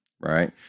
right